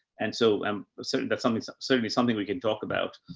and so i'm certain that's something, so certainly something we can talk about.